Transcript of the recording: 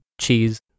cheese